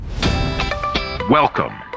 Welcome